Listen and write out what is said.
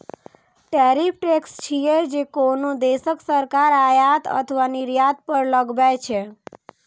tariff tax छियै, जे कोनो देशक सरकार आयात अथवा निर्यात पर लगबै छै